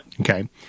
Okay